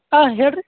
ಹಾಂ ಹೇಳ್ರಿ